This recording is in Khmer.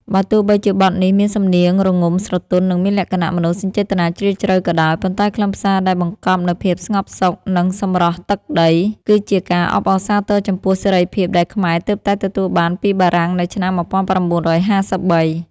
បើទោះបីជាបទនេះមានសំនៀងរងំស្រទន់ និងមានលក្ខណៈមនោសញ្ចេតនាជ្រាលជ្រៅក៏ដោយ ប៉ុន្តែខ្លឹមសារដែលបង្កប់នូវភាពស្ងប់សុខ និងសម្រស់ទឹកដី គឺជាការអបអរសាទរចំពោះសេរីភាពដែលខ្មែរទើបតែទទួលបានពីបារាំងនៅឆ្នាំ ១៩៥៣។